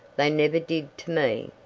they never did to me.